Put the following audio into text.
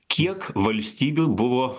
kiek valstybių buvo